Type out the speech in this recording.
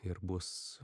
ir bus